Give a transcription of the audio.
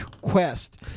Quest